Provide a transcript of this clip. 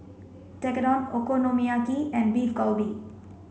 Tekkadon Okonomiyaki and Beef Galbi